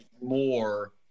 more